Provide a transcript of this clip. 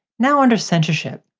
now onto censorship,